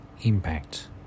impact